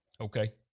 Okay